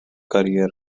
career